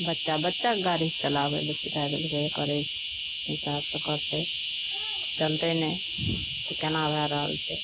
बच्चा बच्चा गाड़ी चलाबै लए सिखाए देलकै ओ करै छै ओ हिसाबसँ करतै चलतै नहि तऽ केना भए रहल छै